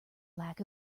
lack